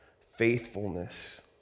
faithfulness